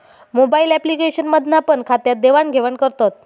mobile application मधना पण खात्यात देवाण घेवान करतत